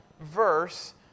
verse